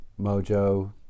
mojo